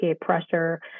pressure